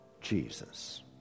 Jesus